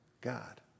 God